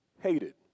hated